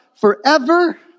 forever